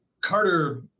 Carter